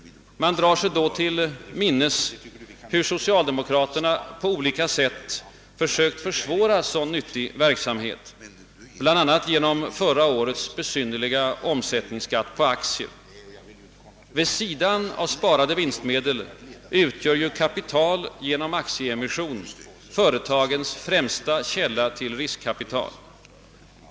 Man drar sig då till minnes, hur socialdemokraterna på olika sätt har försökt försvåra sådan nyttig verksamhet, bl.a. genom förra årets besynnerliga omsättningsskatt på aktier. Vid sidan av sparade vinstmedel utgör ju kapital genom <aktieemission företagens främsta källa till riskkapital.